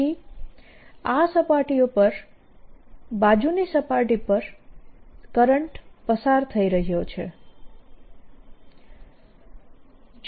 તેથી આ સપાટીઓ પર બાજુની સપાટી પર કરંટ પસાર થઇ રહ્યો છે